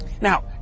Now